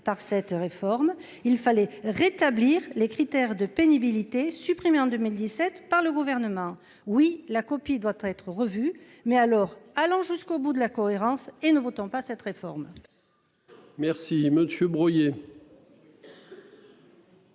par cette réforme, il fallait rétablir les critères de pénibilité supprimés en 2017 par le gouvernement. Oui, la copie doit être revue. Mais alors allons jusqu'au bout de la cohérence et ne votons pas cette réforme.